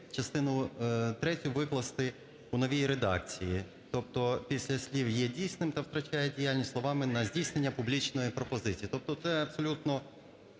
частину третю викласти у новій редакції, тобто після слів "є дійсним та втрачає діяльність" словами "на здійснення публічної пропозиції". Тобто це абсолютно